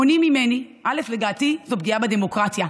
מונעים ממני, לדעתי זאת פגיעה בדמוקרטיה.